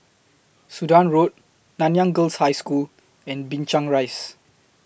Sudan Road Nanyang Girls' High School and Binchang Rise